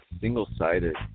single-sided